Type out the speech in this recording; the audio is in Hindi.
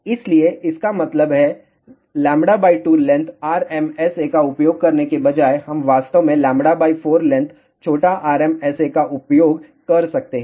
इसलिए इसका मतलब है λ 2 लेंथ RMSA का उपयोग करने के बजाय हम वास्तव में λ 4 लेंथ छोटा RMSA का उपयोग कर सकते हैं